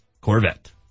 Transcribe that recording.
Corvette